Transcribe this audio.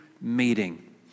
meeting